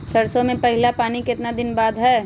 सरसों में पहला पानी कितने दिन बाद है?